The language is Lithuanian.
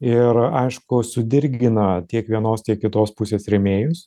ir aišku sudirgina tiek vienos tiek kitos pusės rėmėjus